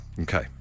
Okay